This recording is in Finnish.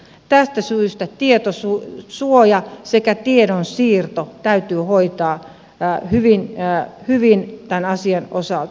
tästä syystä tietosuoja sekä tiedonsiirto täytyy hoitaa hyvin tämän asian osalta